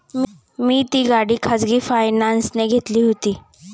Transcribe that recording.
मी ती गाडी खाजगी फायनान्सने घेतली होती